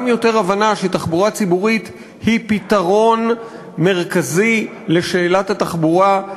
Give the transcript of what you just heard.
גם יותר הבנה שתחבורה ציבורית היא פתרון מרכזי לשאלת התחבורה,